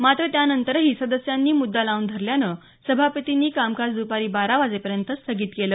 मात्र त्यानंतरही सदस्यांनी मुद्दा लावून धरल्यानं सभापतींनी कामकाज दुपारी बारा वाजेपर्यंत स्थगित केलं